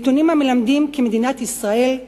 נתונים המלמדים כי מדינת ישראל,